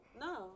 No